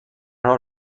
حال